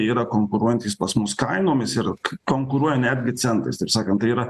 yra konkuruojantys pas mus kainomis ir konkuruoja netgi centas taip sakant tai yra